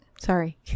Sorry